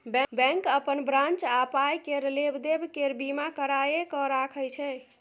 bank अपन branch आ पाइ केर लेब देब केर बीमा कराए कय राखय छै